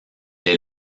est